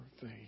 faith